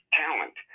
talent